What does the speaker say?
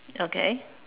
okay